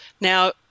Now